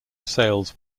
sales